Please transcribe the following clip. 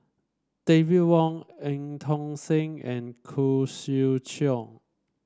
David Wong En Tong Sen and Khoo Swee Chiow